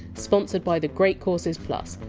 sponsored by the great courses plus,